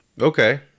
Okay